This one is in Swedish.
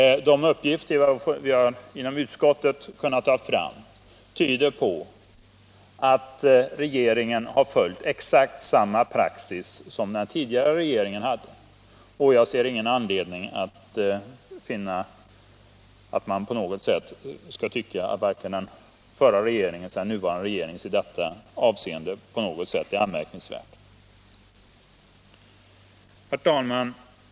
De uppgifter vi inom utskottet kunnat ta fram tyder på att regeringen har följt exakt samma praxis som den tidigare regeringen hade. Jag ser ingen anledning att man på något sätt skall tycka att denna praxis, vare sig den utövas av den förra eller av den nuvarande regeringen, är anmärkningsvärd. Herr talman!